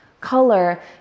Color